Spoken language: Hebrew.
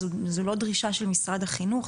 זו לא דרישה של משרד החינוך?